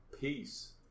peace